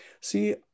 see